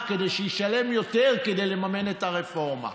כדי שישלם יותר כדי לממן את הרפורמה.